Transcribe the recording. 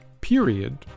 Period